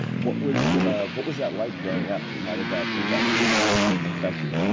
what was what was that like, growing up? how did that impact you or affect you?